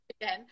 again